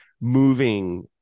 moving